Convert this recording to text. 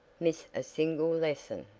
miss a single lesson!